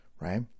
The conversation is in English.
right